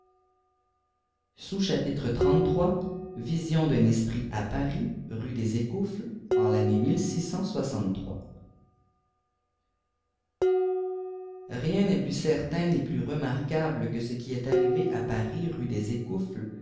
un esprit à paris rue ses ècoufks en rien n'est plus certain ni plus remarquable que ce qui est arrivé àparis rue des